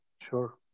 sure